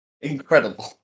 Incredible